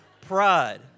pride